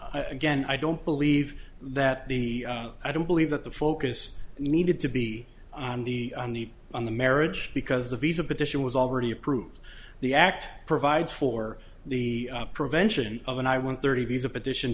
again i don't believe that the i don't believe that the focus needed to be on the on the on the marriage because the visa petition was already approved the act provides for the prevention of and i want thirty of these a petition